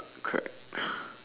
crack